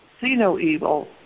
see-no-evil